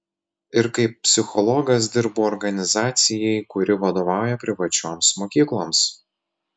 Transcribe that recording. ir kaip psichologas dirbu organizacijai kuri vadovauja privačioms mokykloms